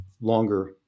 longer